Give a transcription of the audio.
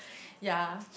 ya